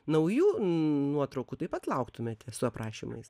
naujų nuotraukų taip pat lauktumėte su aprašymais